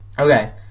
Okay